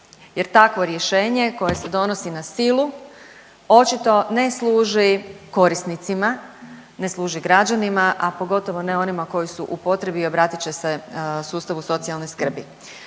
jer takvo rješenje koje se donosi na silu očito ne služi korisnicima, ne služi građanima, a pogotovo ne onima koji su u potrebi i obratit će se sustavu socijalne skrbi.